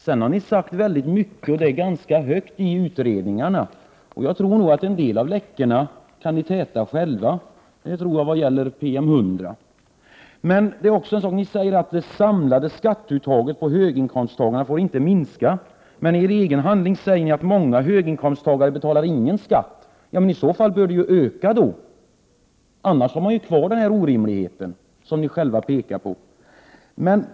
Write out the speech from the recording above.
Sedan har ni sagt mycket och det ganska högt i utredningarna. Jag tror nog att ni kan täta en del av läckorna själva, vad gäller PM 100. Ni säger att det samlade skatteuttaget för höginkomsttagarna inte får minska. Men i er egen handling säger ni att många höginkomsttagare inte betalar någon skatt. I så fall bör det ju öka, annars har man kvar denna orimlighet som ni själva pekar på.